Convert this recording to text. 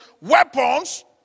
weapons